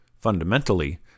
fundamentally